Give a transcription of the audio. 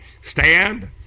stand